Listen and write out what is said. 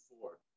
four